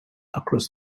across